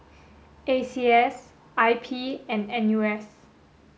A C S I P and N U S